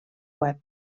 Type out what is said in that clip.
web